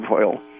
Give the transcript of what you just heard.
oil